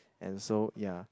and so ya